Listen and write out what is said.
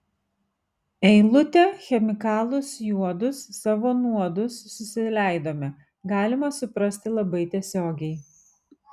eilutę chemikalus juodus savo nuodus susileidome galima suprasti labai tiesiogiai